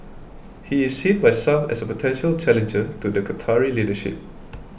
he is seen by some as a potential challenger to the Qatari leadership